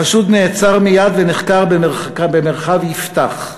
החשוד נעצר מייד ונחקר במרחב יפתח.